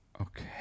Okay